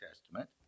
Testament